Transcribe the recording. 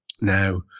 now